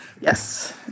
Yes